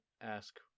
ask